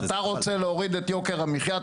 אתה רוצה להוריד את יוקר המחיה?